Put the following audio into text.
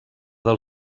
del